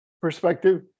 perspective